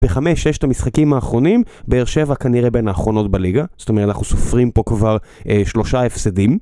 בחמש, ששת המשחקים האחרונים, באר שבע כנראה בין האחרונות בליגה. זאת אומרת, אנחנו סופרים פה כבר שלושה הפסדים.